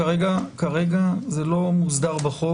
כרגע זה לא מוסדר בחוק.